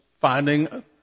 finding